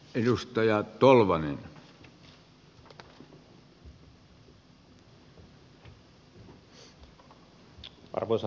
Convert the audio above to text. arvoisa herra puhemies